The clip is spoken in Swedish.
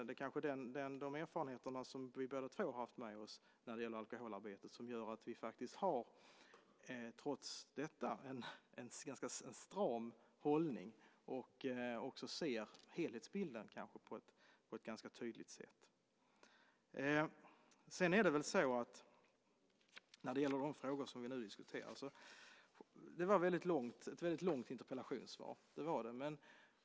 Det kanske är de erfarenheterna som vi båda två haft med oss när det gäller alkoholarbetet som gör att vi faktiskt har en ganska stram hållning och även ser helhetsbilden på ett ganska tydligt sätt. När det gäller de frågor vi nu diskuterar var det ett långt interpellationssvar.